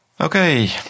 Okay